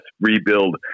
rebuild